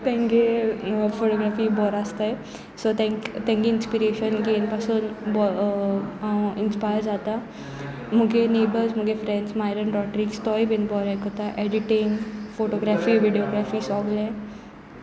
तांचो फोटोग्राफी बरी आसतात सो ते तांचें इंस्पिरेशन घेवन पासून हांव इंस्पायर जाता म्हजे नेबर्स म्हजे फ्रेंड्स मायरन रॉट्रिक्स तोय बीन बरो हे करता एडिटींग फोटोग्राफी विडयोग्राफी सगलें